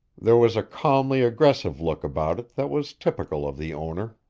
there was a calmly aggressive look about it that was typical of the owner.